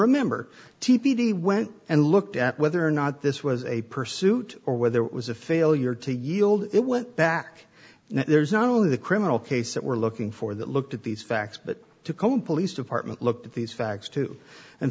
remember t p d went and looked at whether or not this was a pursuit or whether it was a failure to yield it went back now there's only the criminal case that we're looking for that looked at these facts but tacoma police department looked at these facts too and